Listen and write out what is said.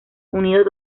unidos